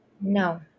no